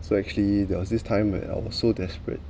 so actually there was this time where I was so desperate